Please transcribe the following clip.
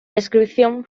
descripción